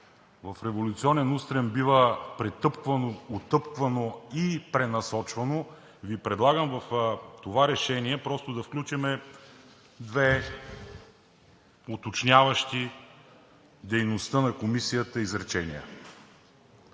в революционен устрем бива претъпквано, отъпквано и пренасочвано, Ви предлагам в това решение просто да включим две изречения, уточняващи дейността на комисията.